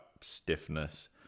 stiffness